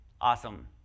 Awesome